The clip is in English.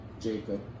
Jacob